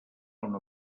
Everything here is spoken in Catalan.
una